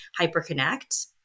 Hyperconnect